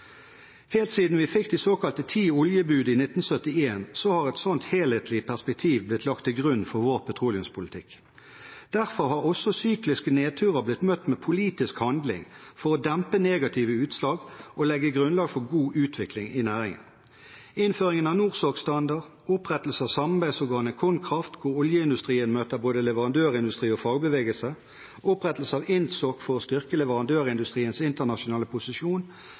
Helt siden vi fikk de såkalte ti oljebud i 1971, har et sånt helhetlig perspektiv blitt lagt til grunn for vår petroleumspolitikk. Derfor har også sykliske nedturer blitt møtt med politisk handling for å dempe negative utslag og legge grunnlaget for god utvikling i næringen. Innføringen av NORSOK-standard, opprettelse av samarbeidsorganet Konkraft, hvor oljeindustrien møter både leverandørindustri og fagbevegelse, og opprettelse av INTSOK, for å styrke leverandørindustriens internasjonale posisjon,